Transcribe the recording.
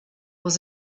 was